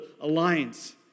alliance